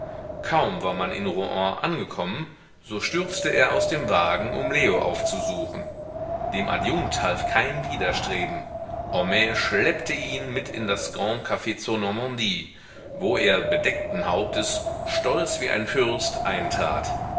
kaum war man in rouen angekommen so stürzte er aus dem wagen um leo aufzusuchen dem adjunkt half kein widerstreben homais schleppte ihn mit in das grand caf zur normandie wo er bedeckten hauptes stolz wie ein fürst eintrat